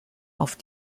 auf